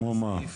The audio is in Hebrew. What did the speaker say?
כמו מה?